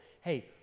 Hey